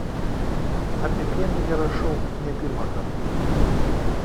apie pienligę rašau ne pirmą kartą